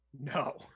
No